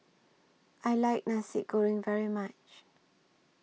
I like Nasi Goreng very much